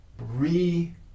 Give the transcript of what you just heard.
re